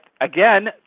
again